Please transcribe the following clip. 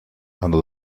under